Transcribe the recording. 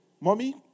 mommy